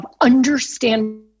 Understand